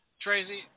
Tracy